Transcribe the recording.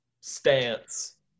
stance